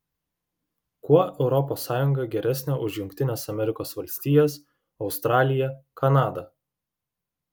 kuo europos sąjunga geresnė už jungtines amerikos valstijas australiją kanadą